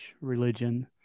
religion